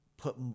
put